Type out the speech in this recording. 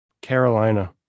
Carolina